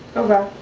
okay,